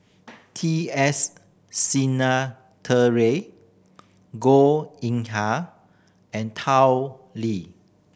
T S Sinnathuray Goh Yihan and Tao Li